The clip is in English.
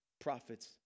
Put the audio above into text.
Prophets